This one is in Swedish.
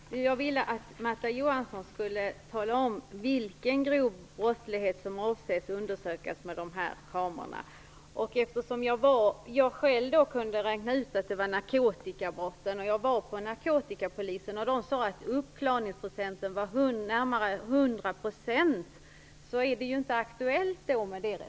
Herr talman! Jag fick inte svar på min fråga. Jag ville att Märta Johansson skulle tala om vilken grov brottslighet som man avser undersöka med kamerorna. Jag har själv kunnat räkna ut att det handlar om narkotikabrott, och jag har varit hos narkotikapolisen. De sade att uppklaringsprocenten är närmare 100, och då är förda resonemang inte aktuella.